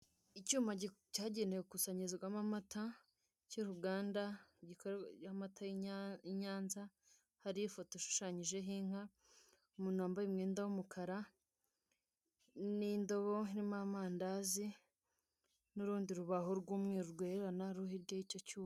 Icyuma cyagenewe gukusanyirizwamo amata cy'uruganda. Amata y'i Nyanza harirho ifoto ishushanyijeho inka. Umuntu wambaye umwenda w'umukara, n'indobo irimo amandazi, n'urundi rubaho rw'umweru rwererana ruri hiryay'icyo cyuma.